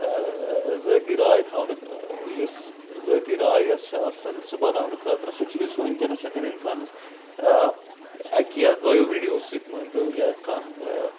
ذٲتی راے تھاونُکھ یُس ذٲتی راے یۄس چھِ آسان سُہ بناونہٕ خٲطرٕ سُہ چیٖز چھُ ؤنکیٚنس ہٮ۪کان انسانس اکہِ یا دۄیو ویٖڈیو سۭتۍ مٲنۍ تو یا کانٛہہ